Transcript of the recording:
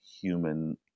human